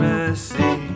Mercy